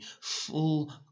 full